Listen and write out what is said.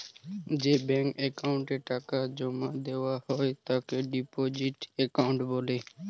যে ব্যাঙ্ক অ্যাকাউন্টে টাকা জমা দেওয়া হয় তাকে ডিপোজিট অ্যাকাউন্ট বলে